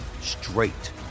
straight